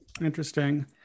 Interesting